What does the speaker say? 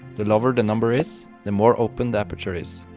the lower the number is, the more open the aperture is,